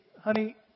honey